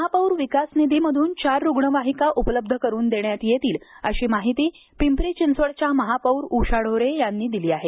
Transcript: महापौर विकास निधीमध्रन चार रुग्णवाहिका उपलब्ध करून देण्यात येतील अशी माहिती पिंपरी चिंचवडच्या महापौर उषा ढोरे यांनी दिली आहे